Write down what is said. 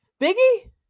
Biggie